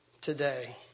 today